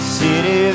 city